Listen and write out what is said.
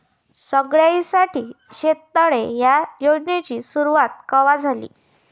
सगळ्याइसाठी शेततळे ह्या योजनेची सुरुवात कवा झाली?